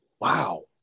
wow